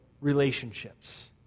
relationships